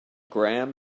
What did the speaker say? graham